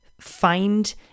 find